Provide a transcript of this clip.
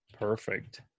Perfect